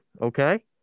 okay